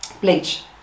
bleach